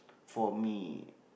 for me